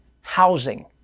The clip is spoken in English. housing